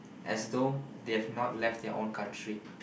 as though they have not left their own country